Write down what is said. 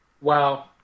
Wow